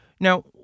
Now